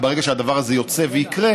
וברגע שהדבר הזה יוצא ויקרה,